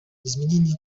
изменение